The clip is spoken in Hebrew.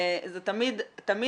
פחות